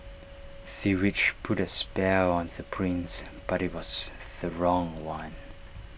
the witch put A spell on the prince but IT was the wrong one